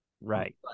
Right